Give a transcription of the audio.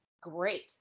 great